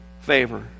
favor